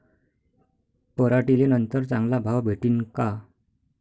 पराटीले नंतर चांगला भाव भेटीन का?